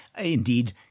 indeed